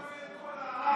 אתה רואה את כל העוול,